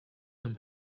them